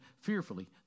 fearfully